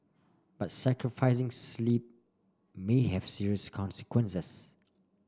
but sacrificing sleep may have serious consequences